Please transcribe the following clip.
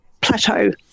plateau